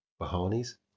Bahani's